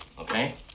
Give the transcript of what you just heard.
okay